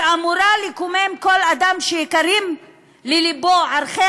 שאמורה לקומם כל אדם שיקרים ללבו ערכי